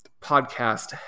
podcast